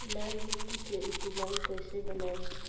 लाल मिट्टी के उपजाऊ कैसे बनाई?